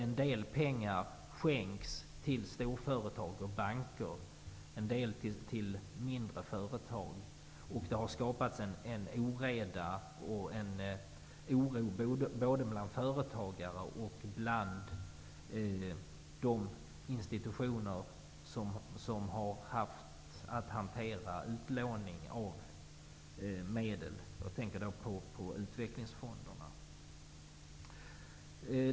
En del pengar skänks till storföretag och banker, en del till mindre företag, och det har skapats en oreda och en oro både bland företagare och hos de institutioner som har haft att hantera utlåningen av medel. Jag tänker då på utvecklingsfonderna.